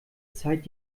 zeit